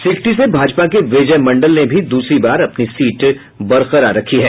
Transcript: सिकटी से भाजपा के विजय मंडल ने भी दूसरी बार अपनी सीट बरकरार रखी है